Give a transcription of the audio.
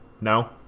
No